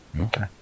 Okay